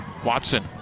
Watson